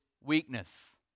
weakness